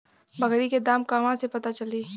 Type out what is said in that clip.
बकरी के दाम कहवा से पता चली?